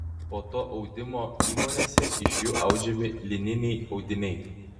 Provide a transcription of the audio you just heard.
po to audimo įmonėse iš jų audžiami lininiai audiniai